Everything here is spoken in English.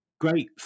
great